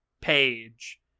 page